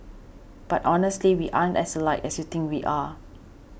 but honestly we aren't as alike as you think we are